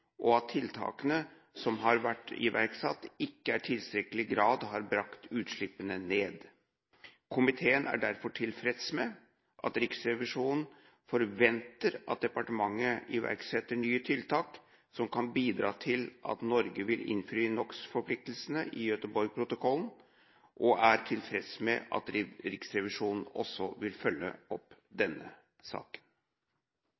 og at tiltakene som har vært iverksatt, ikke i tilstrekkelig grad har brakt utslippene ned. Komiteen er derfor tilfreds med at Riksrevisjonen forventer at departementet iverksetter nye tiltak som kan bidra til at Norge vil innfri NOx-forpliktelsene i Göteborgprotokollen, og er tilfreds med at Riksrevisjonen også vil følge opp